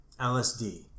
LSD